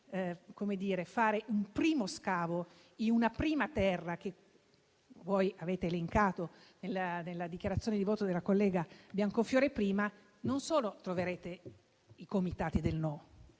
fare un primo scavo in uno dei territori elencati nella dichiarazione di voto della collega Biancofiore, non solo troverete i comitati del no,